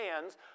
hands